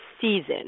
season